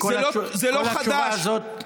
זה לא חדש,